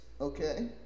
Okay